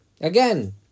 Again